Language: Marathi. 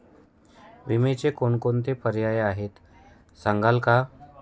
विम्याचे कोणकोणते पर्याय आहेत सांगाल का?